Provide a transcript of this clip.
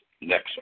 next